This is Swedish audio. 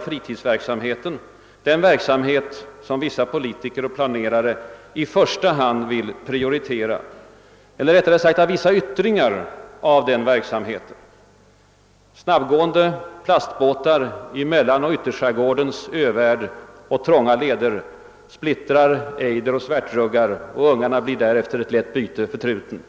fritidsverksamhet som vissa politiker och planerare i första hand vill prioritera — eller rättare sagt av vissa yttringar av denna verksamhet. Snabbgående plastbåtar i mellanoch ytterskärgårdens övärld och trånga leder splittrar ejderoch svärtruggar, och ungarna blir lätt byte för truten.